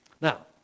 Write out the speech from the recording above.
Now